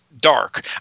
dark